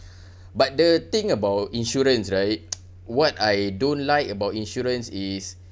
but the thing about insurance right what I don't like about insurance is